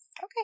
Okay